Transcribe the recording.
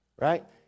right